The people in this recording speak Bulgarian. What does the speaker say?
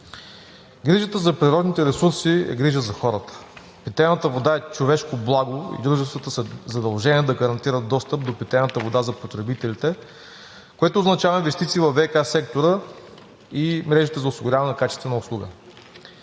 Грижата за природните ресурси е грижа за хората. Питейната вода е човешко благо и дружествата са задължени да гарантират достъп до питейната вода за потребителите, което означава инвестиции във ВиК сектора и мрежата за осигуряване на качествена услуга.